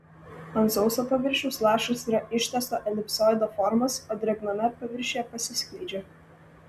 ant sauso paviršiaus lašas yra ištęsto elipsoido formos o drėgname paviršiuje pasiskleidžia